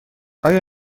آیا